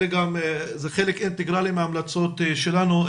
זה חלק אינטגרלי מההמלצות שלנו.